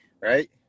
Right